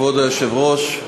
כבוד היושב-ראש,